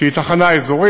שהיא תחנה אזורית.